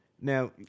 Now